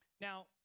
Now